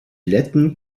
letten